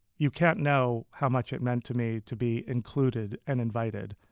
you can't know how much it meant to me to be included and invited.